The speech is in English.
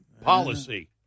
policy